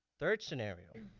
third scenario.